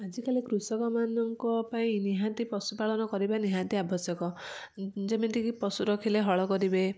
ଆଜି କାଲି କୃଷକମାନଙ୍କ ପାଇଁ ନାହାତି ପଶୁୁପାଳନ କରିବା ନାହାତି ଆବଶ୍ୟକ ଯେମିତି କି ପଶୁ ରଖିଲେ ହଳ କରିବେ